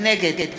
נגד